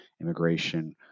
immigration